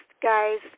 guys